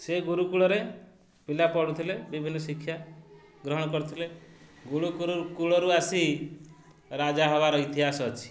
ସେ ଗୁରୁକୂଳରେ ପିଲା ପଢ଼ୁଥିଲେ ବିଭିନ୍ନ ଶିକ୍ଷା ଗ୍ରହଣ କରୁଥିଲେ ଗୁରୁକୂଳରୁ ଆସି ରାଜା ହବାର ଇତିହାସ ଅଛି